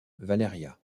valeria